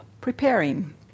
preparing